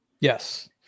Yes